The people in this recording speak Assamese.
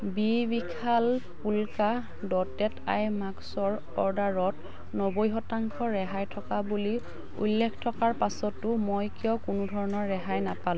B Bishal polka dotted eye মাস্কৰ অৰ্ডাৰত নব্বৈ শতাংশ ৰেহাই থকা বুলি উল্লেখ থকাৰ পাছতো মই কিয় কোনোধৰণৰ ৰেহাই নাপালোঁ